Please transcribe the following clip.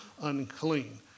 unclean